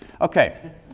Okay